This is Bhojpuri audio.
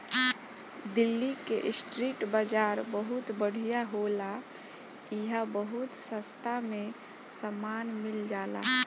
दिल्ली के स्ट्रीट बाजार बहुत बढ़िया होला इहां बहुत सास्ता में सामान मिल जाला